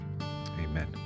Amen